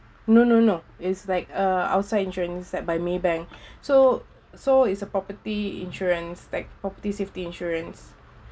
no no no is like uh outside insurance set by Maybank so so it's a property insurance like property safety insurance